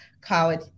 college